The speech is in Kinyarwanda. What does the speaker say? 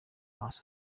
amaso